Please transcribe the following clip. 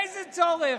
לאיזה צורך?